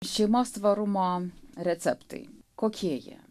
šeimos tvarumo receptai kokie jie